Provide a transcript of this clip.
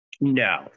no